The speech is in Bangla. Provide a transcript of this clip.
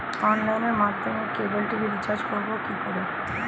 অনলাইনের মাধ্যমে ক্যাবল টি.ভি রিচার্জ করব কি করে?